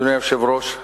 אדוני היושב-ראש,